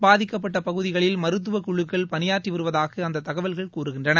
பாதிக்கப்பட்ட பகுதிகளில் மருத்துவக்குழுக்கள் பணியாற்றி வருவதாக அந்த தகவல்கள் கூறுகின்றன